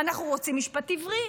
אנחנו רוצים משפט עברי.